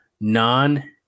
non